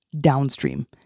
downstream